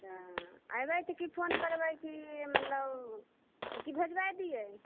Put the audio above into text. हँ अयबै तऽ किछो नहि करबै की मतलब की भेजबाय दियै